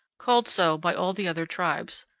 called so by all the other tribes,